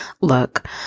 Look